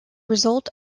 results